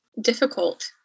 difficult